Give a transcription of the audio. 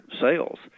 sales